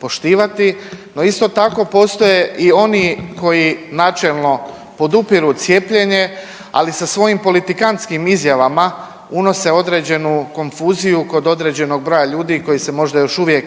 poštivati, no, isto tako, postoje i oni koji načelno podupiru cijepljenje, ali sa svojim politikantskim izjavama unose određenu konfuziju kod određenog broja ljudi koji se možda još uvijek